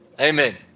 Amen